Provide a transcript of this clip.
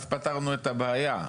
אז פתרנו את הבעיה.